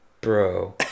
bro